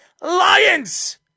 Lions